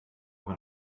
auch